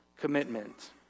commitment